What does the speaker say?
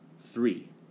Three